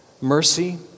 Mercy